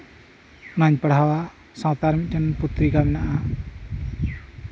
ᱚᱱᱟᱧ ᱯᱟᱲᱦᱟᱣᱟ ᱥᱟᱶᱛᱮ ᱢᱤᱫᱴᱟᱱ ᱯᱚᱛᱨᱤᱠᱟ ᱢᱮᱱᱟᱜᱼᱟ